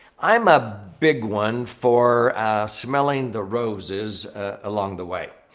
i'm a big one for smelling the roses along the way.